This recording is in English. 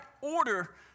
order